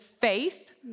faith